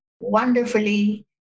wonderfully